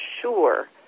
sure